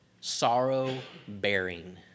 sorrow-bearing